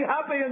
happy